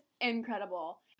incredible